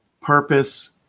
purpose